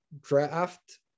draft